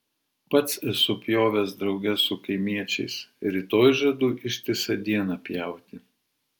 pats esu pjovęs drauge su kaimiečiais rytoj žadu ištisą dieną pjauti